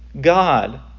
God